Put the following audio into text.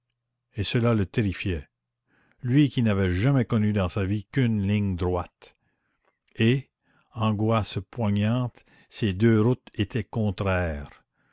et cela le terrifiait lui qui n'avait jamais connu dans sa vie qu'une ligne droite et angoisse poignante ces deux routes étaient contraires